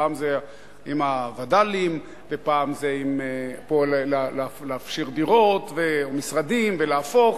פעם זה עם הווד"לים ופעם זה להפשיר דירות ומשרדים ולהפוך.